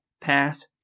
pass